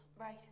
Right